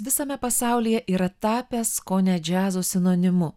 visame pasaulyje yra tapęs kone džiazo sinonimu